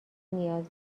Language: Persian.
نیاز